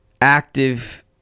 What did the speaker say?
active